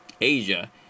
Asia